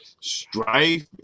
strife